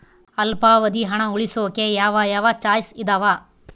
ಅಲ್ಪಾವಧಿ ಹಣ ಉಳಿಸೋಕೆ ಯಾವ ಯಾವ ಚಾಯ್ಸ್ ಇದಾವ?